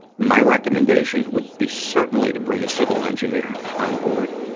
my recommendation would be certainly to bring a civil engineer on board.